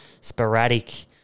sporadic